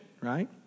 right